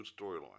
storyline